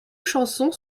chansons